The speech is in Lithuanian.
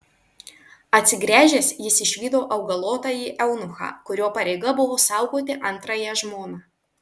atsigręžęs jis išvydo augalotąjį eunuchą kurio pareiga buvo saugoti antrąją žmoną